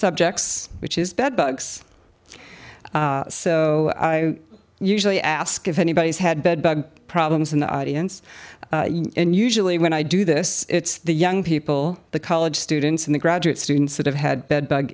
subjects which is bed bugs so i usually ask if anybody's had bed bug problems in the audience and usually when i do this it's the young people the college students and the graduate students that have had